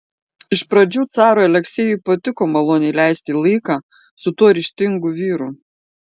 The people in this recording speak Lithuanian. iš pradžių carui aleksejui patiko maloniai leisti laiką su tuo ryžtingu vyru